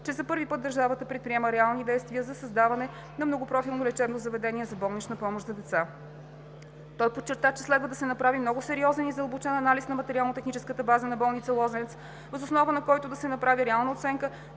че за първи път държавата предприема реални действия за създаването на многопрофилно лечебно заведение за болнична помощ за деца. Той подчерта, че следва да се направи много сериозен и задълбочен анализ на материално-техническата база на болница „Лозенец“, въз основа на който да се направи реална оценка